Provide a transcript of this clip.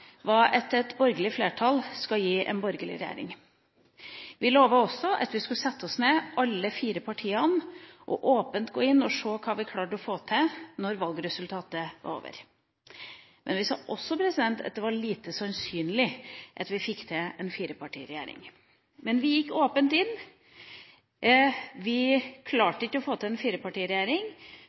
hva det er vi ønsker å bruke makta vår til. Det vi lovet, var at et borgerlig flertall skal gi en borgerlig regjering. Vi lovet også at vi skulle sette oss ned, alle fire partiene, og åpent gå inn og se hva vi klarte å få til når valgresultatet var over, men vi sa også at det var lite sannsynlig at vi fikk til en firepartiregjering. Vi gikk åpent inn. Vi klarte ikke å få til en firepartiregjering,